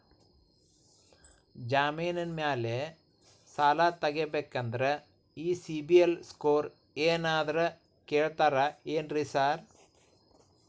ಜಮೇನಿನ ಮ್ಯಾಲೆ ಸಾಲ ತಗಬೇಕಂದ್ರೆ ಈ ಸಿಬಿಲ್ ಸ್ಕೋರ್ ಏನಾದ್ರ ಕೇಳ್ತಾರ್ ಏನ್ರಿ ಸಾರ್?